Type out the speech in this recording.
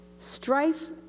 Strife